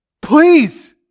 Please